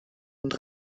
und